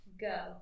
Go